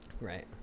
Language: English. Right